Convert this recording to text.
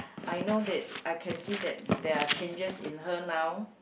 I know that I can see that there are changes in her now